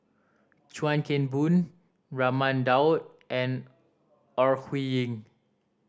Chuan Keng Boon Raman Daud and Ore Huiying